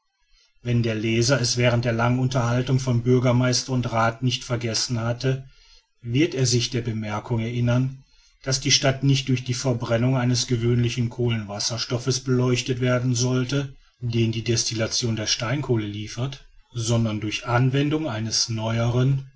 wenn der leser es während der langen unterhaltung von bürgermeister und rath nicht vergessen hat wird er sich der bemerkung erinnern daß die stadt nicht durch die verbrennung des gewöhnlichen kohlenwasserstoffs beleuchtet werden sollte den die destillation der steinkohle liefert sondern durch anwendung eines neueren